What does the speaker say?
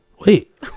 Wait